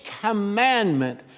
commandment